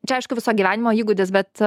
čia aišku viso gyvenimo įgūdis bet